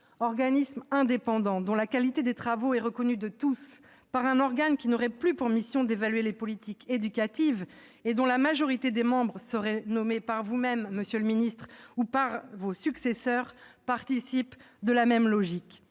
organisme indépendant dont la qualité des travaux est reconnue de tous, par un organe qui n'aurait plus pour mission d'évaluer les politiques éducatives et dont la majorité des membres seraient nommés par vous-même et par vos successeurs, monsieur le ministre, participe de la même logique.